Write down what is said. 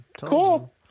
Cool